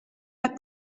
pas